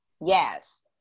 Yes